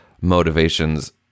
motivations